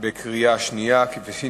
כדי שנוכל להצביע בקריאה שנייה על